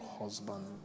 husband